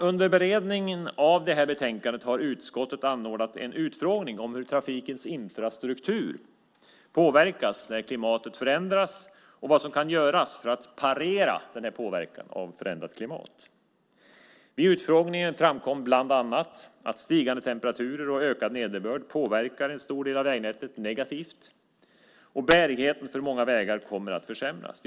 Under beredningen av det här betänkandet har utskottet anordnat en utfrågning om hur trafikens infrastruktur påverkas när klimatet förändras och vad som kan göras för att parera den här påverkan av förändrat klimat. Vid utfrågningen framkom bland annat att stigande temperaturer och ökad nederbörd påverkar en stor del av vägnätet negativt, och bärigheten för många vägar kommer att försämras.